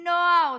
למנוע אותם,